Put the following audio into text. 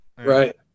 Right